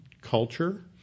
culture